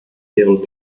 deren